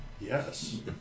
Yes